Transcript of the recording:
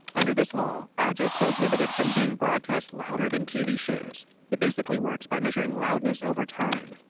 under this law, ads are prohibited from being broadcast louder than tv shows it basically works by measuring loudness over time.